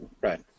right